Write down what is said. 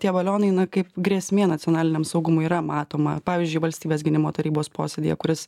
tie balionai na kaip grėsmė nacionaliniam saugumui yra matoma pavyzdžiui valstybės gynimo tarybos posėdyje kuris